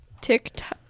TikTok